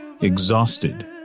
exhausted